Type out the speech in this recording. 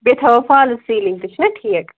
بیٚیہِ تھاوَو false ceiling تہِ چھُنا ٹھیٖک